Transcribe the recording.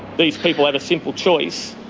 these people have a simple choice.